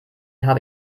habe